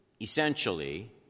essentially